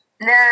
No